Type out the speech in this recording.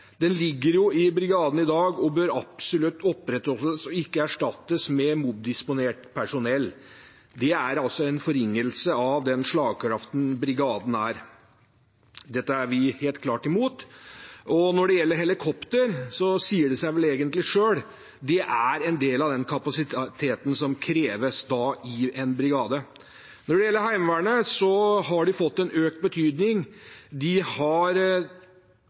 Den ligger i brigaden i dag og bør absolutt opprettholdes – og ikke erstattes med mobiliseringsdisponert personell. Det er en forringelse av den slagkraften brigaden er. Dette er vi helt klart imot. Når det gjelder helikopter, sier det seg vel egentlig selv: Det er en del av den kapasiteten som kreves i en brigade. Når det gjelder Heimevernet, har de fått en økt betydning. De har